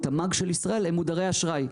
מהתמ"ג של ישראל, הם מודרי אשראי.